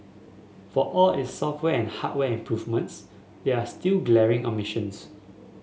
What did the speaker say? for all its software and hardware improvements there are still glaring omissions